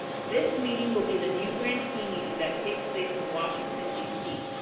this meeting will be the new grantee meeting that takes place in washington, d c.